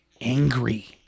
angry